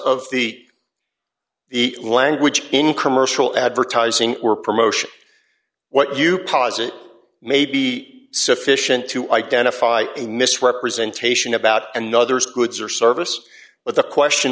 of the language in commercial advertising or promotion what you posit may be sufficient to identify a misrepresentation about another's goods or service but the question